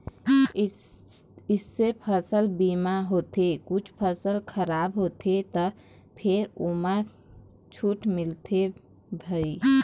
जइसे फसल बीमा होथे कुछ फसल खराब होथे त फेर ओमा छूट मिलथे भई